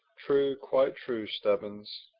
true, quite true, stubbins.